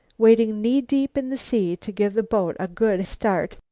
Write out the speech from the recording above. wading knee-deep in the sea to give the boat a good start,